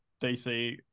DC